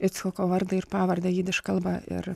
icchoko vardą ir pavardę jidiš kalba ir